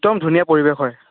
একদম ধুনীয়া পৰিৱেশ হয়